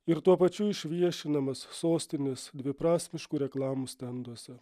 ir tuo pačiu išviešinamas sostinės dviprasmiškų reklamų stenduose